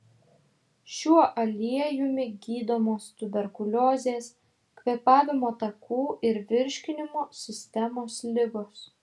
šiuo aliejumi gydomos tuberkuliozės kvėpavimo takų ir virškinimo sistemos ligos